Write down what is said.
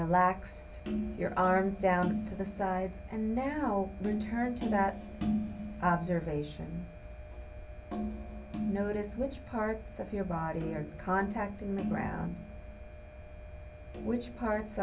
relaxed your arms down to the sides and now return to that observation and notice which parts of your body are contacting the ground which parts